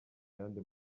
yandi